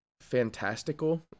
fantastical